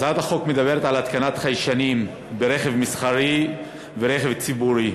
הצעת החוק מדברת על התקנת חיישנים ברכב מסחרי ורכב ציבורי.